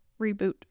reboot